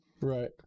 Right